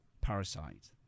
parasite